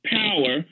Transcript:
power